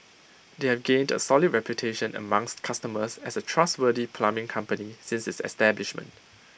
they have gained A solid reputation amongst customers as A trustworthy plumbing company since its establishment